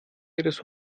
ihres